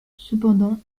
cependant